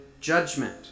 judgment